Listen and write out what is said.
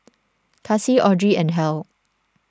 Kaci Audrey and Hal